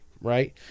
right